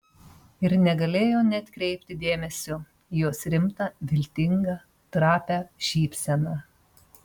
ir negalėjo neatkreipti dėmesio į jos rimtą viltingą trapią šypseną